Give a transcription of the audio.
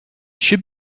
should